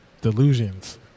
delusions